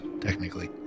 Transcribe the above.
technically